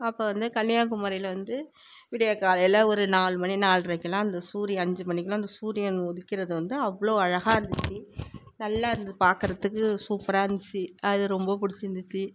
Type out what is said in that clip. அப்போ வந்து கன்னியாகுமாரியில் வந்து விடியர் காலையில் ஒரு நால் மணி நால்ரைக்கலாம் அந்த சூரியன் அஞ்சு மணிக்கலாம் அந்த சூரியன் உதிக்கிறது வந்து அவ்வளோ அழகாக இருந்துச்சு நல்லாயிருந்துது பார்க்கறதுக்கு சூப்பராந்துச்சு அது ரொம்ப பிடிச்சிருந்துச்சி